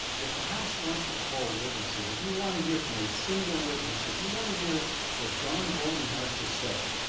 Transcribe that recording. if the house wants to call witnesses, if you want to hear from a single witness if you want to hear what john bolton has to say,